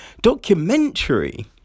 documentary